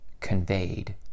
conveyed